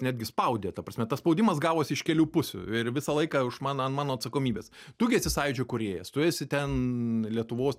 netgi spaudė ta prasme tas spaudimas gavosi iš kelių pusių ir visą laiką už man an mano atsakomybės tu gi esi sąjūdžio kūrėjas tu esi ten lietuvos